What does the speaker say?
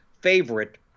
favorite